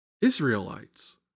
Israelites